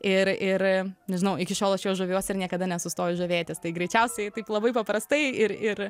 ir ir nežinau iki šiol aš juo žaviuosi ir niekada nenustoju žavėtis tai greičiausiai taip labai paprastai ir ir